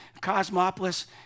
Cosmopolis